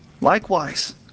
Likewise